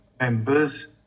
members